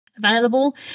available